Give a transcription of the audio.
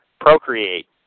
procreate